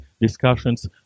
discussions